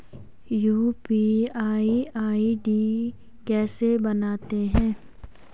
UPI ID कैसे बनाते हैं?